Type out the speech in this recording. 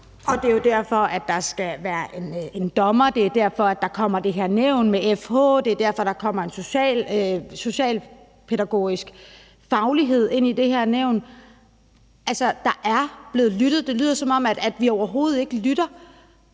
Det er jo også derfor, der skal være en dommer, det er derfor, der kommer det her nævn, og det er derfor, der kommer en socialpædagogisk faglighed ind i det nævn. Altså, der er blevet lyttet. Det lyder, som om vi overhovedet ikke lytter.